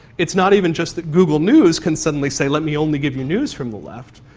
it's not even just that google news can suddenly say let me only give you news from the left,